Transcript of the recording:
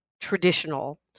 traditional